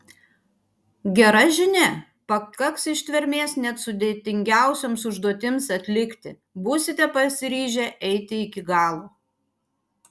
gera žinia pakaks ištvermės net sudėtingiausioms užduotims atlikti būsite pasiryžę eiti iki galo